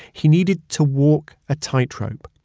he needed to walk a tightrope.